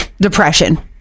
depression